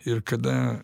ir kada